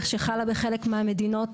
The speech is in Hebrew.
שחלה בחלק מהמדינות,